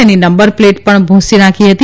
તેની number plate પણ ભૂંસી નાખી હતી